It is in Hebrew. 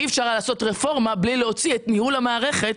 אי-אפשר היה לעשות רפורמה בלי להוציא את ניהול המערכת,